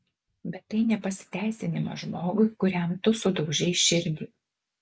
bet tai ne pasiteisinimas žmogui kuriam tu sudaužei širdį